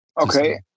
Okay